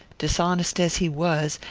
dishonest as he was,